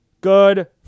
good